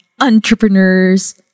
entrepreneurs